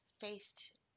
faced